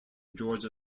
georgia